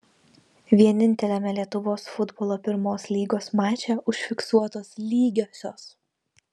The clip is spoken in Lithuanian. vieninteliame lietuvos futbolo pirmos lygos mače užfiksuotos lygiosios